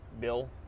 Bill